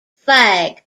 flag